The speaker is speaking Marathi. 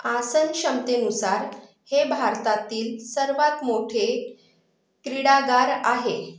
आसनक्षमतेनुसार हे भारतातील सर्वात मोठे क्रीडागार आहे